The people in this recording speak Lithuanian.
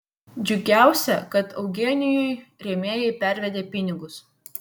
džiugiausia kad eugenijui rėmėjai pervedė pinigus